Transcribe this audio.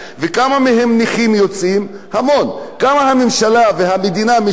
כמה המדינה משלמת על נכויות של כאבי גב,